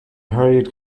hurried